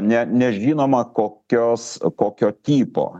ne nežinoma kokios kokio tipo